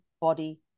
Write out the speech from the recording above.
body